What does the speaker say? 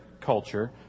culture